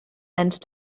and